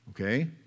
Okay